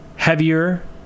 Heavier